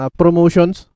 promotions